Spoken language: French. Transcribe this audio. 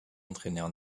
entraîneur